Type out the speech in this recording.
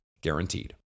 guaranteed